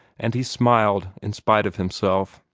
and he smiled in spite of himself.